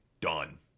done